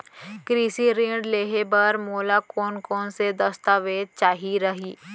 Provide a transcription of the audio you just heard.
कृषि ऋण लेहे बर मोला कोन कोन स दस्तावेज चाही रही?